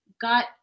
got